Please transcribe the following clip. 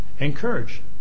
encourage